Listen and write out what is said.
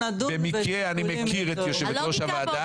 במקרה אני מכיר את יושבת ראש הוועדה,